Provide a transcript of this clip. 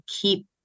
keep